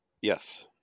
yes